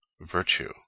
virtue